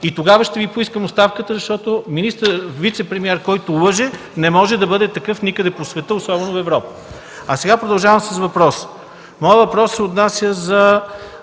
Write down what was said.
Тогава ще Ви поискам оставката, защото вицепремиер, който лъже, не може да бъде такъв никъде по света, особено в Европа. Сега продължавам с въпроса си. Моят въпрос се отнася за